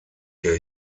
hier